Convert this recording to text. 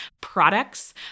products